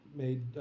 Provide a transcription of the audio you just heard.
made